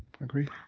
agreed